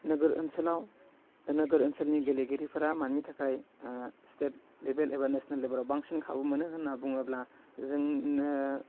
नोगोर ओनसोलाव नोगोर ओनसोलनि गेलेगिरिफोरा मानि थाखाय स्टेट लेभेल एबा नेशनेल लेभेलाव बांसिन खाबु मोनो होनना बुङोब्ला जोंनो